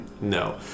no